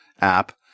app